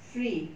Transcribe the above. free